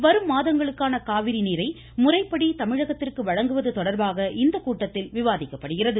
வரும் மாதங்களுக்கான காவிரி நீரை முறைப்படி தமிழத்திற்கு வழங்குவது தொடர்பாக இந்த கூட்டத்தில் விவாதிக்கப்படுகிறது